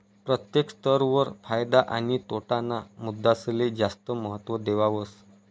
प्रत्येक स्तर वर फायदा आणि तोटा ना मुद्दासले जास्त महत्व देवावस